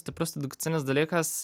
stiprus edukacinis dalykas